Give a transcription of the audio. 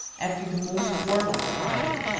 after the most warlike tribe.